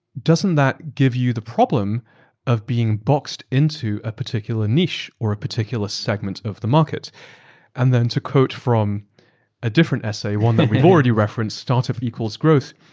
doesn't that give you the problem of being boxed into a particular niche or a particular segment of the market? a and then to quote from a different essay, one that we've already referenced, startup equal growth,